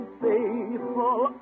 faithful